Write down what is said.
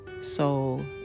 soul